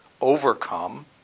overcome